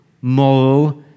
moral